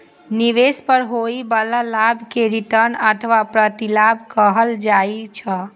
निवेश पर होइ बला लाभ कें रिटर्न अथवा प्रतिलाभ कहल जाइ छै